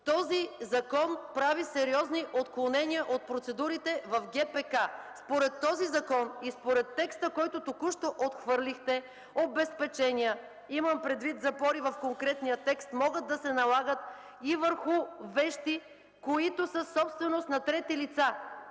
този закон прави сериозни отклонения от процедурите в ГПК. Според този закон и според текста, който току-що отхвърлихте, обезпечение (имам предвид запори в конкретния текст) могат да се налагат и върху вещи, които са собственост на трети лица.